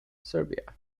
serbia